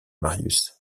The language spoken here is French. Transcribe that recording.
marius